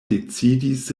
decidis